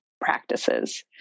practices